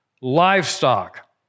livestock